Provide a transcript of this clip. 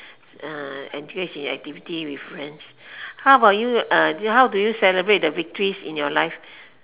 uh engage in activities with friends how about you uh how do you celebrate the victories in your life